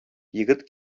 егет